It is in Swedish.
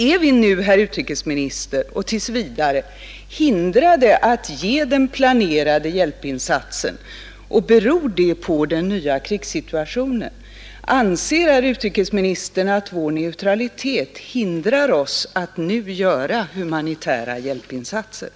Är vi nu, herr utrikesminister, tills vidare förhindrade att göra den planerade hjälpinsatsen, och beror det på den nya krigssituationen? Anser herr utrikesministern att vår neutralitet hindrar oss att nu göra humanitära hjälpinsatser?